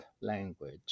language